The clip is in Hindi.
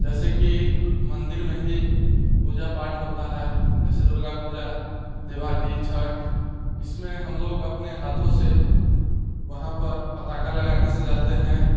जैसे कि मंदिर में ही पूजा पाठ होता है जैसे दुर्गा पूजा दिवाली छठ इसमें हम लोग अपने हाथों से वहाँ पर पटाका लगाकर सजाते हैं